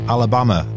Alabama